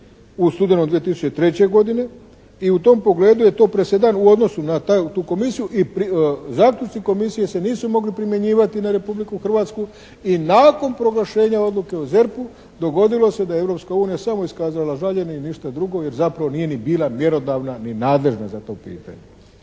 u studenome 2003. godine i u tom pogledu je to presedan u odnosu na tu komisiju i zaključci komisije se nisu mogli primjenjivati na Republiku Hrvatsku i nakon proglašenja odluke o ZERP-u dogodilo se da je Europska unija samo iskazala žaljenje i ništa drugo jer zapravo nije ni bila mjerodavna ni nadležna za to pitanje.